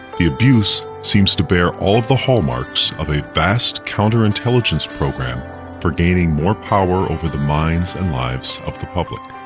the abuse seems to bear all the hallmarks of a vast counterintelligence program for gaining more power over the minds and lives of the public.